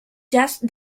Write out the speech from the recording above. just